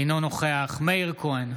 אינו נוכח מאיר כהן,